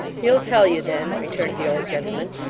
he'll tell you then returned the old gentleman,